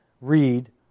read